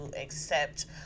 accept